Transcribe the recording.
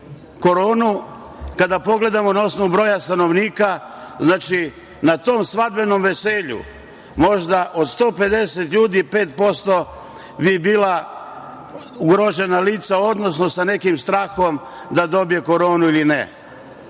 koronu, kada pogledamo na osnovu broja stanovnika, znači, na tom svadbenom veselju, možda od 150 ljudi, 5% bi bila ugrožena lica, odnosno sa nekim strahom da dobije koronu ili